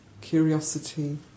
curiosity